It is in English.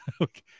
okay